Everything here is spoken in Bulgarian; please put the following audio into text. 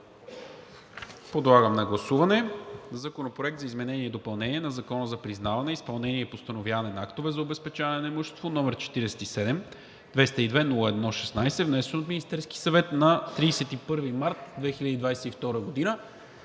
на първо гласуване Законопроект за изменение и допълнение на Закона за признаване, изпълнение и постановяване на актове за обезпечаване на имущество, № 47-202-01-16, внесен от Министерския съвет на 31 март 2022 г.“